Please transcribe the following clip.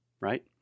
right